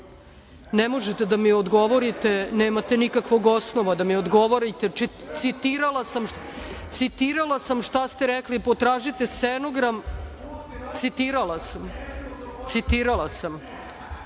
možete da mi odgovorite, nemate nikakvog osnova da mi odgovorite. Citirala sam šta ste rekli. Potražite stenogram, citirala sam.(Zoran